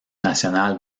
nationale